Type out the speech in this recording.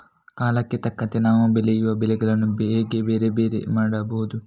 ಕಾಲಕ್ಕೆ ತಕ್ಕಂತೆ ನಾವು ಬೆಳೆಯುವ ಬೆಳೆಗಳನ್ನು ಹೇಗೆ ಬೇರೆ ಬೇರೆ ಮಾಡಬಹುದು?